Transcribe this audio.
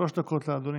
שלוש דקות לאדוני.